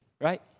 right